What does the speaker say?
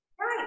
Right